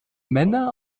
männer